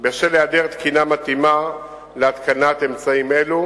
בשל היעדר תקינה מתאימה להתקנת אמצעים אלו